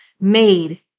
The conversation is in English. made